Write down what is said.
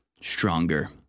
Stronger